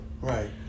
Right